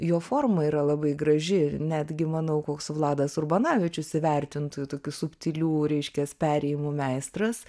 jo forma yra labai graži ir netgi manau koks vladas urbanavičius įvertintų tokių subtilių reiškias perėjimų meistras